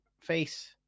face